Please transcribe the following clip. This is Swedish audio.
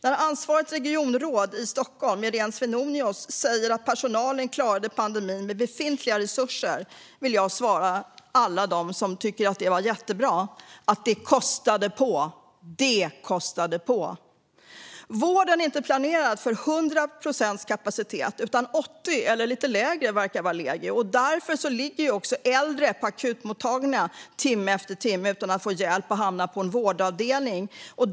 När ansvarigt regionråd i Stockholm, Iréne Svenonius, säger att personalen klarade pandemin med befintliga resurser vill jag svara alla dem som tycker att det var jättebra att det kostade på. Det kostade på! Vården är inte planerad för 100 procents kapacitet, utan 80 procent eller lite lägre verkar vara det normala. Därför ligger också äldre på akutmottagningarna timme efter timme utan att få hjälp och hamna på en vårdavdelning.